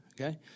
Okay